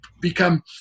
become